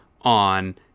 on